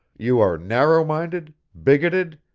you are narrow-minded, bigoted,